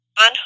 on